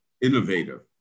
innovative